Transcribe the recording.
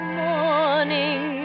morning